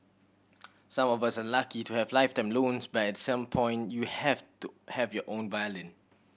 some of us are lucky to have lifetime loans but at some point you have to have your own violin